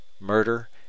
murder